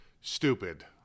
stupid